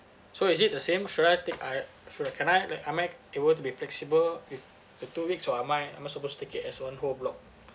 so is it the same should I take I should can I like am I able to be flexible with the two weeks or am I am I supposed to take it as one whole block